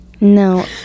No